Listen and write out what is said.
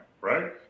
right